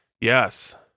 Yes